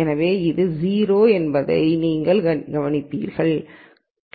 எனவே இது 0 என்பதை நீங்கள் கவனிப்பீர்கள்